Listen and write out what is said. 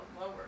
lower